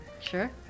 Sure